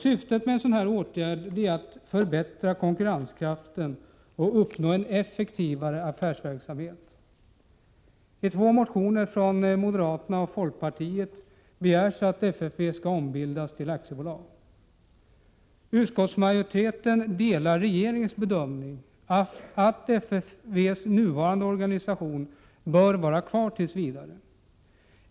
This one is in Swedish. Syftet med en sådan åtgärd är att förbättra konkurrenskraften och uppnå en effektivare affärsverksamhet. Utskottsmajoriteten delar regeringens bedömning att FFV:s nuvarande organisation bör vara kvar tills vidare.